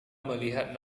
melihat